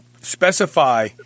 specify